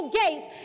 gates